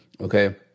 Okay